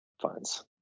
funds